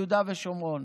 ושומרון?